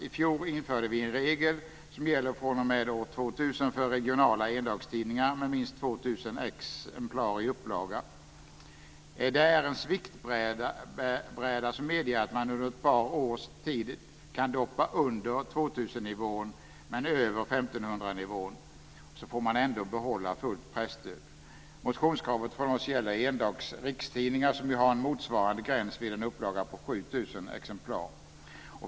I fjol införde vi en regel som gäller fr.o.m. år exemplar i upplaga. Det är en sviktbräda som medger att man under ett par års tid kan doppa under 2000 nivån men över 1500-nivån och ändå få behålla fullt presstöd. Motionskravet från oss gäller endags rikstidningar som ju har en motsvarande gräns vid en upplaga på 7 000 exemplar.